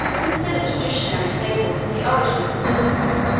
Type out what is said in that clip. instead of traditionary fables on the origin of the cities,